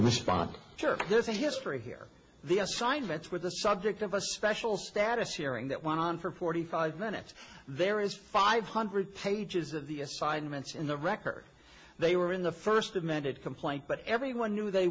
respond sure there's a history here the assignments were the subject of a special status hearing that and on for forty five minutes there is five hundred pages of the assignments in the record they were in the first amended complaint but everyone knew they